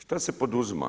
Šta se poduzima?